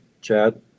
Chad